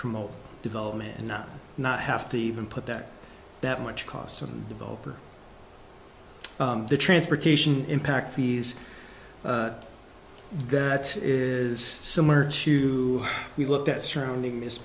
promote development and not not have to even put that that much costs on developer the transportation impact fees that is similar to we looked at surrounding miss